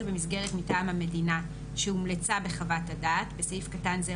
במסגרת מטעם המדינה הומלצה בחוות הדעת (בסעיף קטן זה,